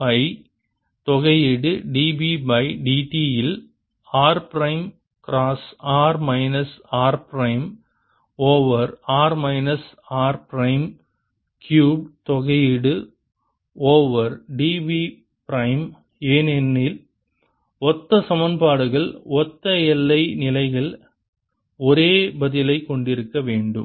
by தொகையீடு dB by dt இல் r prime cross r minus r prime over r minus r prime cube தொகையீடு over dB prime ஏனெனில் ஒத்த சமன்பாடுகள் ஒத்த எல்லை நிலைகள் ஒரே பதிலைக் கொண்டிருக்க வேண்டும்